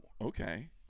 Okay